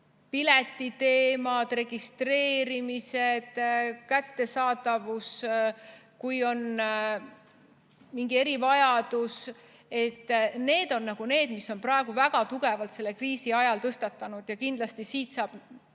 piletid, registreerimised, kättesaadavus, kui on mingi erivajadus, on need teemad, mis on praegu väga tugevalt selle kriisi ajal tõstatunud. Ja kindlasti siit saab